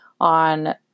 on